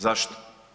Zašto?